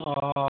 অঁ